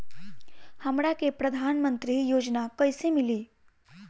हमरा के प्रधानमंत्री योजना कईसे मिली?